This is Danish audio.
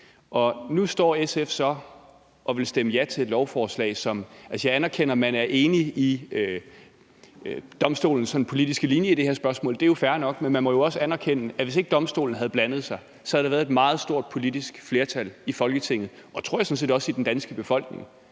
Nu står SF så og vil stemme ja til det her lovforslag. Jeg anerkender, at man er enig i Domstolens politiske linje i det her spørgsmål, det er jo fair nok, men man jo også erkende, at hvis ikke Domstolen havde blandet sig, havde der været et meget stort politisk flertal i Folketinget, og jeg tror sådan set også, det ville være